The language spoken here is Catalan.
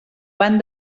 van